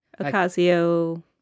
Ocasio